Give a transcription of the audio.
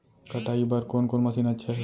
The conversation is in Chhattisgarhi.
कटाई बर कोन कोन मशीन अच्छा हे?